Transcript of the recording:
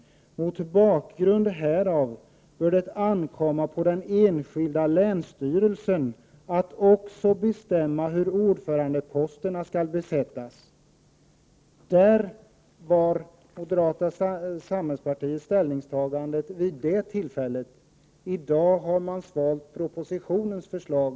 Mot bakgrund härav bör det ankomma på den enskilda länsstyrelsen att också bestämma hur ordförandeposterna skall besättas.” Det var moderata samlingspartiets ställningstagande vid detta tillfälle. I dag har man svalt propositionens förslag.